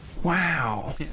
Wow